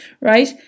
right